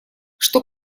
что